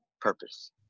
purpose